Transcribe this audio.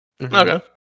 okay